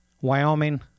Wyoming